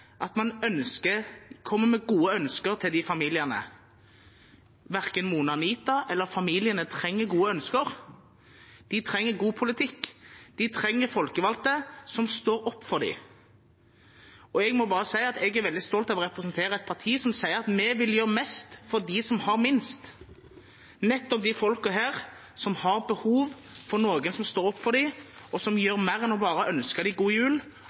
at man kommer med gode ønsker til de familiene. Verken Mona Anita eller familiene trenger gode ønsker, de trenger god politikk. De trenger folkevalgte som står opp for dem. Jeg må bare si at jeg er veldig stolt av å representere et parti som sier at vi vil gjøre mest for dem som har minst, nettopp de folkene her, som har behov for noen som står opp for dem, som gjør mer enn bare å ønske dem god jul,